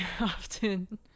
often